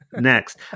next